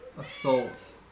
Assault